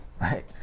right